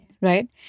right